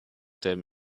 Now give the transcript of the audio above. them